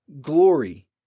Glory